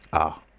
ah!